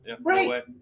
Right